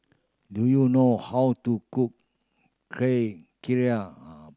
do you know how to cook